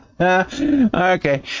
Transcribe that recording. Okay